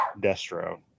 Destro